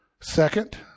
Second